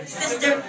sister